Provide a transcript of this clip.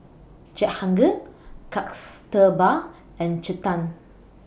Jehangirr Kasturba and Chetan